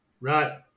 Right